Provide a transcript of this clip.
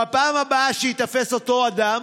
בפעם הבאה שייתפס אותו אדם,